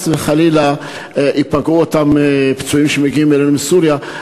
וחלילה ייפגעו אותם פצועים שמגיעים אלינו מסוריה,